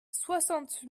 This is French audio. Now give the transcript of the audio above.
soixante